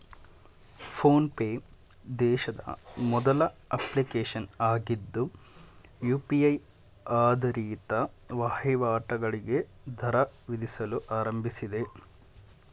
phone pay ದೇಶದ ಮೊದಲ application ಆಗಿದ್ದು ಯು.ಪಿ.ಐ ಆಧಾರಿತ ವಹಿವಾಟುಗಳಿಗೆ ದರ ವಿಧಿಸಲು ಆರಂಭಿಸಿದೆ